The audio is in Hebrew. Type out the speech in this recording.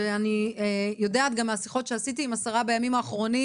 אני יודעת גם מהשיחות שעשיתי עם השרה בימים האחרונים